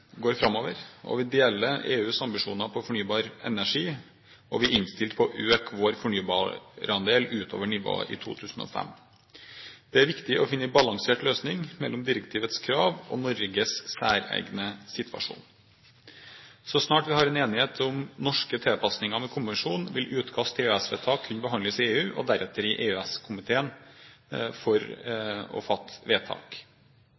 Vi deler EUs ambisjoner på fornybar energi, og vi er innstilt på å øke vår fornybarandel utover nivået i 2005. Det er viktig å finne en balansert løsning mellom direktivets krav og Norges særegne situasjon. Så snart vi har en enighet om norske tilpasninger med kommisjonen, vil utkast til EØS-vedtak kunne behandles i EU, og deretter vil EØS-komiteen kunne fatte vedtak.